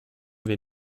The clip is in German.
wir